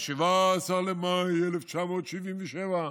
ב-17 במאי 1977,